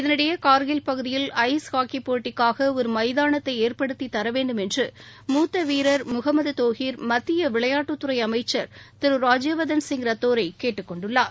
இதனிடையே கார்கில் பகுதியில் ice hockey போட்டிக்காக ஒரு மைதானத்தை ஏற்படுத்தி தர வேண்டும் என்று மூத்த வீரர் முஹமது தோஹிர் மத்திய விளையாட்டுத்துறை அமைச்சர் திரு ராஜ்பவர்தன் ரத்தோரை கேட்டுக்கொண்டுள்ளார்